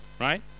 right